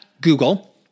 Google